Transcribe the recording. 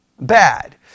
bad